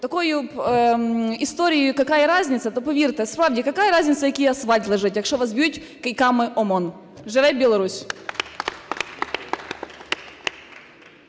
такою історією "какая разница", то повірте, справді, какая разница, який асфальт лежить, якщо вас б'є кийками ОМОН. Жыве Беларусь!